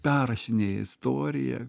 perrašinėja istoriją